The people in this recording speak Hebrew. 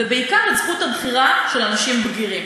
ובעיקר את זכות הבחירה של אנשים בגירים.